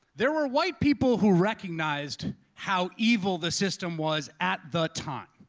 there were white people who recognized how evil the system was at the time.